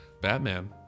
Batman